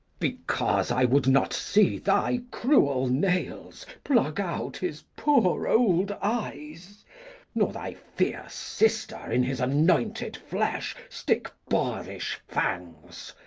because i would not see thy cruel nails pluck out his poor old eyes nor thy fierce sister in his anointed flesh stick boarish fangs.